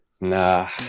nah